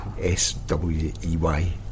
S-W-E-Y